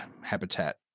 habitat